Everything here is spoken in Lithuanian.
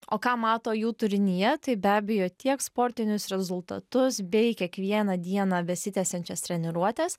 o ką mato jų turinyje tai be abejo tiek sportinius rezultatus bei kiekvieną dieną besitęsiančias treniruotes